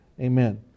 amen